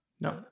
no